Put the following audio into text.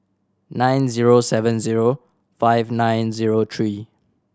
nine zero seven zero five nine zero three